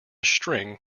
string